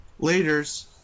Laters